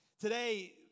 Today